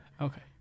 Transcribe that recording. Okay